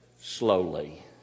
slowly